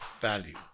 value